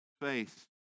faith